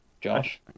josh